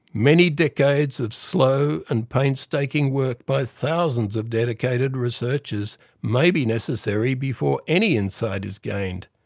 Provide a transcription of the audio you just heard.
many decades of slow and painstaking work by thousands of dedicated researchers may be necessary before any insight is gained.